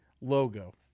logo